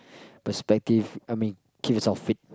perspective I mean keeps yourself fit